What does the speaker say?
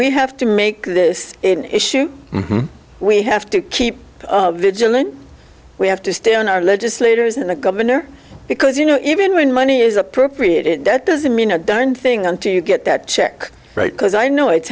we have to make this issue we have to keep vigilant we have to stay on our legislators and the governor because you know even when money is appropriate it doesn't mean a darn thing until you get that check right because i know it's